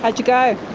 ah you go?